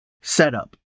setup